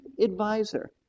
advisor